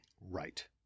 Right